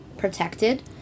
protected